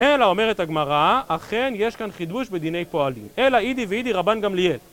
אלא, אומרת הגמרא, אכן יש כאן חידוש בדיני פועלים, אלא אידי ואידי רבן גמליאל